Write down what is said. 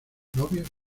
novios